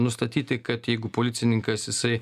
nustatyti kad jeigu policininkas jisai